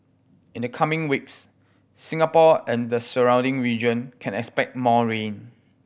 in the coming weeks Singapore and the surrounding region can expect more rain